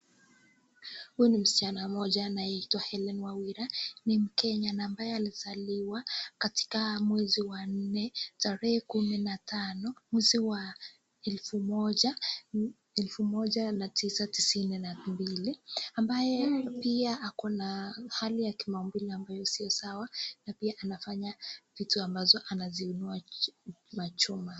Huyu ni msichana mmoja anayeitwa Helen Wawira. Ni Mkenya na ambaye alizaliwa katika mwezi wa nne tarehe 15 mwezi wa elfu moja elfu moja na tisa tisini na mbili. Ambaye pia ako na hali ya kimaumbile ambayo sio sawa na pia anafanya vitu ambazo anaziunua machuma.